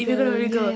imaikkaa nodigal